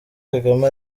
kagame